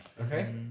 Okay